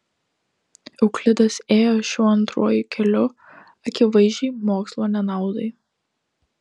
euklidas ėjo šiuo antruoju keliu akivaizdžiai mokslo nenaudai